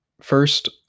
First